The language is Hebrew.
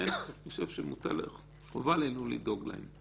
לכן אני חושב שחובה עלינו לדאוג להם.